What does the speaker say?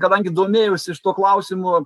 kadangi domėjausi šituo klausimu